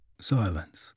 Silence